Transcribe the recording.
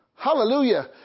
Hallelujah